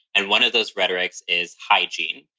and one of those rhetoric's is hygiene.